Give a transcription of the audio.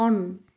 on